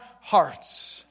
hearts